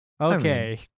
Okay